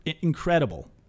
incredible